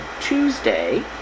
Tuesday